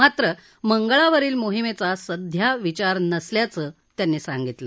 मात्र मंगळावरील मोहिमेचा सध्या विचार नसल्याचंही त्यांनी सांगितलं